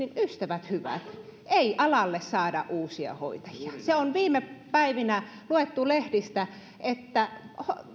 ystävät hyvät ei alalle saada uusia hoitajia viime päivinä on luettu lehdistä että